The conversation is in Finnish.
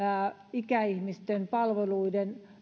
ikäihmisten palveluiden